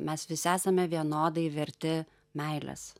mes visi esame vienodai verti meilės